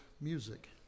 music